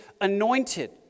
Anointed